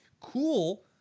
cool